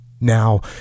now